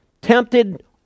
Tempted